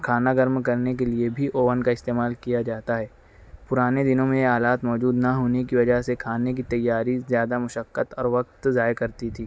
کھانا گرم کرنے کے لیے بھی اوون کا استعمال کیا جاتا ہے پرانے دنوں میں یہ آلات موجود نہ ہونے کی وجہ سے کھانے کی تیاری زیادہ مشقت اور وقت ضائع کرتی تھی